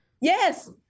Yes